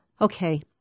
Okay